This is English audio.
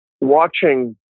watching